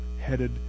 headed